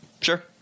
Sure